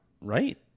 right